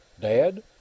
Dad